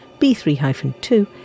B3-2